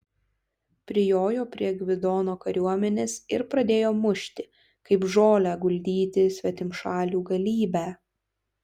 prijojo prie gvidono kariuomenės ir pradėjo mušti kaip žolę guldyti svetimšalių galybę